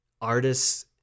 artists